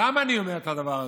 למה אני אומר את זה?